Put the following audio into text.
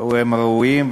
הם ראויים.